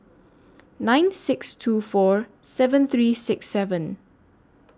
nine six two four seven three six seven